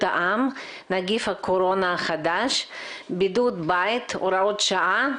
העם (נגיף הקורונה החדש) (בידוד בית והוראות שונות)